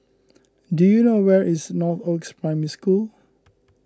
do you know where is Northoaks Primary School